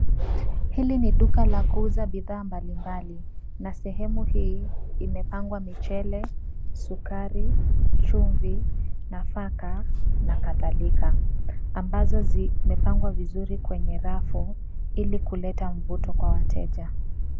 Hili ni duka la kuuza bidhaa mbalimbali. Na sehemu hii imepangwa michele, sukari, chumvi, nafaka na kadhalika, ambazo zimepangwa vizuri kwenye rafu ili kuleta mvuto kwa wateja.